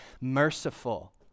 Merciful